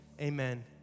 amen